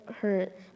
hurt